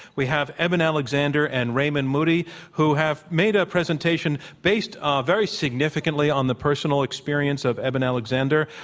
we have eben alexander and raymond moody who have made a presentation based ah very significantly on the personal experience of eben alexander.